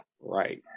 right